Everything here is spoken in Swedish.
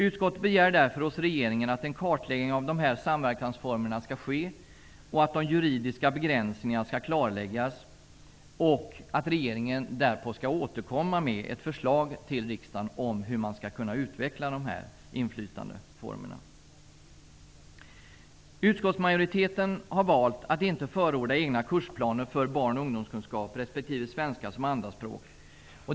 Utskottet begär därför hos regeringen att en kartläggning av de här samverkansformerna skall ske, att de juridiska begränsningarna skall klarläggas och att regeringen därpå skall återkomma med ett förslag till riksdagen om hur man skall kunna utveckla de här inflytandeformerna. Utskottsmajoriteten har valt att inte förorda egna kursplaner för barn och ungdomskunskap respektive svenska som andraspråk.